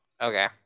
Okay